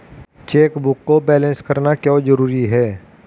Chequebook को balance करना क्यों जरूरी है?